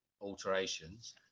alterations